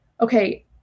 okay